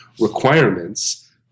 requirements